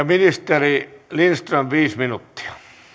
ministeri lindström viisi minuuttia